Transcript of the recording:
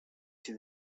see